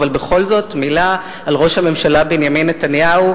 אבל בכל זאת מלה על ראש הממשלה בנימין נתניהו,